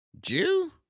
Jew